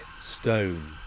stone